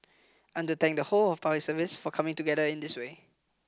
I want to thank the whole of the Public Service for coming together in this way